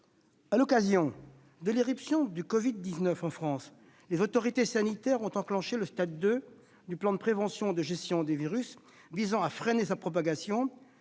À l'occasion de l'irruption du Covid-19 en France, les autorités sanitaires ont enclenché le stade 2 du plan de prévention et de gestion, visant à freiner la propagation